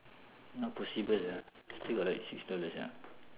not possible lah still got like six dollars ya